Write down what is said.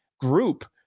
group